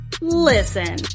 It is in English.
Listen